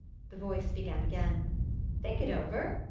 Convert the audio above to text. the voice began again think it over?